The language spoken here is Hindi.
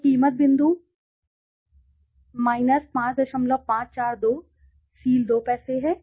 तो कीमत बिंदु 5542 सील 2 पैसे है